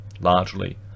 Largely